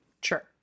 Sure